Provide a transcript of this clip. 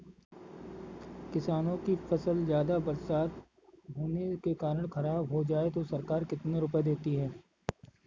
किसानों की फसल ज्यादा बरसात होने के कारण खराब हो जाए तो सरकार कितने रुपये देती है?